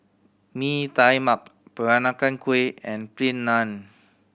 Mee Tai Mak Peranakan Kueh and Plain Naan